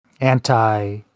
anti